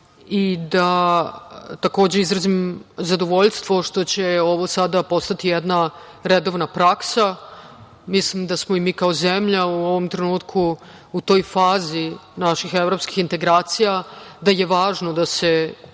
da izrazim zadovoljstvo što će ovo sada postati jedna redovna praksa. Mislim da smo i mi kao zemlja u ovom trenutku u toj fazi naših evropskih integracija da je važno da se i